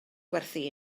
gwerthu